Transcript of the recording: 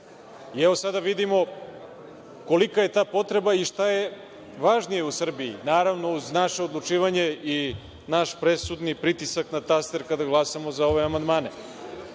Evo, sada vidimo kolika je ta potreba i šta je važnije u Srbiji, naravno uz naše odlučivanje i naš presudni pritisak na taster kada glasamo za ove amandmane,